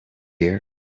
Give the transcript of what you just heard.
here